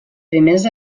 primeres